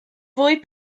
fwy